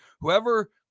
Whoever